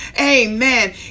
Amen